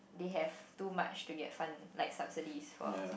they have too much to get fund like subsidies for some